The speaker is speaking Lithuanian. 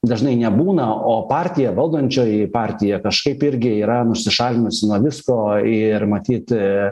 dažnai nebūna o partija valdančioji partija kažkaip irgi yra nusišalinusi nuo visko ir matyt